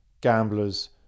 gamblers